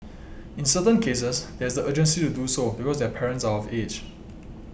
in certain cases there is the urgency to do so because their parents are of age